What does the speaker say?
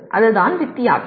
அதுதான் வித்தியாசம்